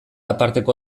aparteko